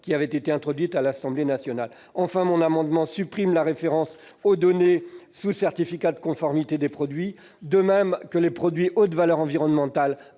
qui avait été introduite à l'Assemblée nationale. Enfin, cet amendement supprime la référence aux données sous certificat de conformité des produits, de même que celle aux produits de haute valeur environnementale